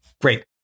great